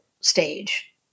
stage